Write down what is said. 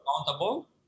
accountable